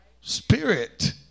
spirit